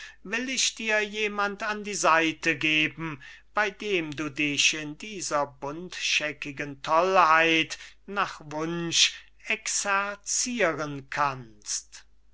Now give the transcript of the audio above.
will ich dir jemand an die seite geben bei dem du dich in dieser buntscheckigen tollheit nach wunsch exercieren kannst